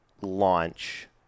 launch